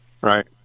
Right